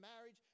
marriage